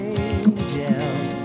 angels